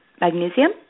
magnesium